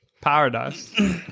Paradise